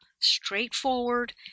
straightforward